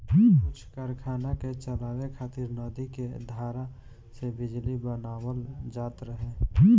कुछ कारखाना के चलावे खातिर नदी के धारा से बिजली बनावल जात रहे